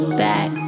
back